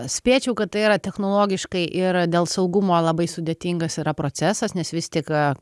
spėčiau kad tai yra technologiškai ir dėl saugumo labai sudėtingas yra procesas nes vis tik